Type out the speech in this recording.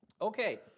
Okay